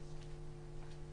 בידוד.